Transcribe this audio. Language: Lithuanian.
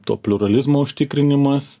to pliuralizmo užtikrinimas